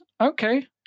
Okay